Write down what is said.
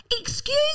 excuse